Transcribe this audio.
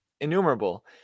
innumerable